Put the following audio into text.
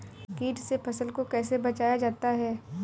कीट से फसल को कैसे बचाया जाता हैं?